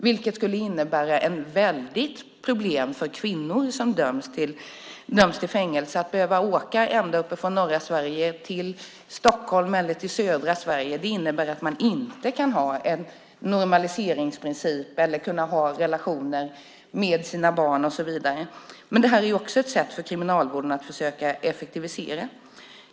Detta skulle innebära väldiga problem för kvinnor som döms till fängelse. Att behöva åka ända från norra Sverige till Stockholm eller till södra Sverige innebär att man inte kan ha en normaliseringsprincip eller relationer med sina barn och så vidare. Detta är ett sätt för Kriminalvården att försöka effektivisera.